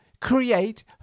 create